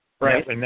Right